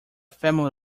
family